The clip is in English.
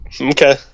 Okay